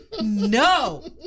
No